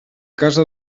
casa